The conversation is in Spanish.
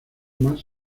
más